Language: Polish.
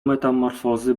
metamorfozy